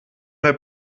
der